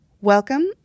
Welcome